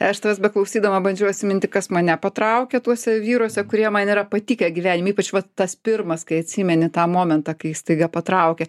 aš tavęs beklausydama bandžiau atsiminti kas mane patraukė tuose vyruose kurie man yra patikę gyvenime ypač vat tas pirmas kai atsimeni tą momentą kai staiga patraukė